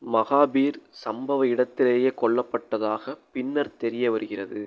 மகாபீர் சம்பவ இடத்திலேயே கொல்லப்பட்டதாக பின்னர் தெரிய வருகிறது